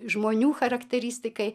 žmonių charakteristikai